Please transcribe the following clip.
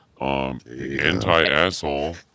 Anti-asshole